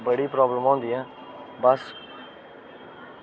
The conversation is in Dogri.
बड़ी प्रॉब्लमां होंदियां हियां बस